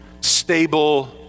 stable